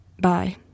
Bye